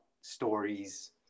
stories